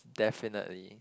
definitely